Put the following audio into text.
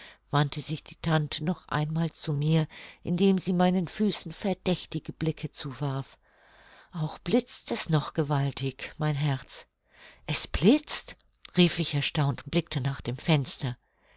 wandte sich die tante noch einmal zu mir indem sie meinen füßen verdächtige blicke zuwarf auch blitzt es noch gewaltig mein herz es blitzt rief ich erstaunt und blickte nach dem fenster